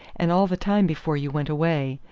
and all the time before you went away.